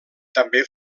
també